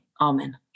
Amen